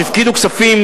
שהפקידו כספים,